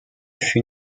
fut